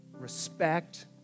respect